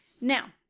Now